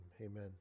Amen